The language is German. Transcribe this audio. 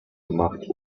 gemacht